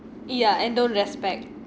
yeah and don't respect